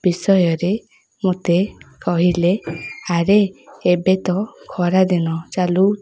ବିଷୟରେ ମୋତେ କହିଲେ ଆରେ ଏବେ ତ ଖରାଦିନ ଚାଲୁ